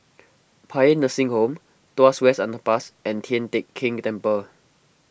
Paean Nursing Home Tuas West Underpass and Tian Teck Keng Temple